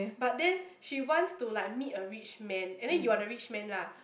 but then she wants to like meet a rich man and then you are the rich man lah